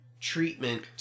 treatment